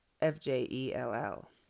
F-J-E-L-L